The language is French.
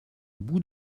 bout